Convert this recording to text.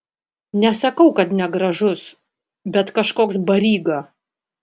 nesakau kad negražus bet kažkoks baryga